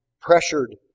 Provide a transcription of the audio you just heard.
pressured